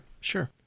Sure